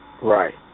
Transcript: Right